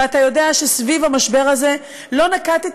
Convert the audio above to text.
ואתה יודע שסביב המשבר הזה לא נקטתי